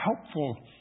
helpful